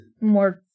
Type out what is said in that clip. more